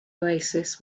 oasis